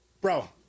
Bro